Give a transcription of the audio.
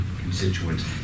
constituents